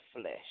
flesh